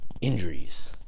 injuries